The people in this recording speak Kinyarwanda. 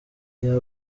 rya